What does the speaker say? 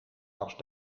was